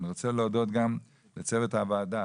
אני רוצה להודות גם לצוות הוועדה,